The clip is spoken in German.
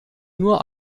nur